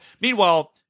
Meanwhile